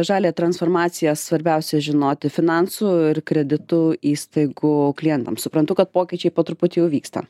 žalią transformaciją svarbiausia žinoti finansų ir kreditų įstaigų klientams suprantu kad pokyčiai po truputį vyksta